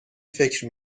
فکر